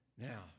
Now